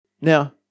Now